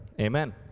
Amen